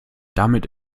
damit